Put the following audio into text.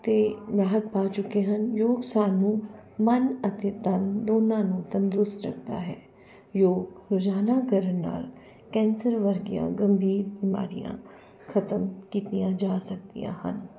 ਅਤੇ ਰਾਹਤ ਪਾ ਚੁੱਕੇ ਹਨ ਯੋਗ ਸਾਨੂੰ ਮਨ ਅਤੇ ਤਨ ਦੋਨਾਂ ਨੂੰ ਤੰਦਰੁਸਤ ਰੱਖਦਾ ਹੈ ਯੋਗ ਰੋਜ਼ਾਨਾ ਕਰਨ ਨਾਲ ਕੈਂਸਰ ਵਰਗੀਆਂ ਗੰਭੀਰ ਬਿਮਾਰੀਆਂ ਖ਼ਤਮ ਕੀਤੀਆਂ ਜਾ ਸਕਦੀਆਂ ਹਨ